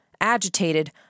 Agitated